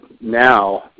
now